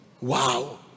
Wow